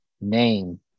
name